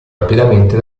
rapidamente